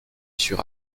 sur